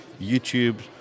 YouTube